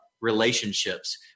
relationships